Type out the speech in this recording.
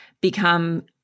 become